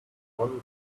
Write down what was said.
one